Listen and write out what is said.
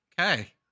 Okay